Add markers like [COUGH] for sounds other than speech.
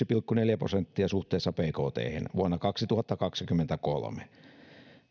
[UNINTELLIGIBLE] pilkku neljä prosenttia suhteessa bkthen vuonna kaksituhattakaksikymmentäkolme